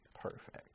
perfect